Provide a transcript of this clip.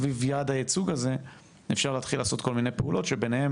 סביב יעד הייצוג הזה אפשר להתחיל לעשות כל מיני פעולות שביניהם,